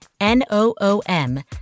N-O-O-M